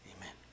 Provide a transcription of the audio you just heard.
amen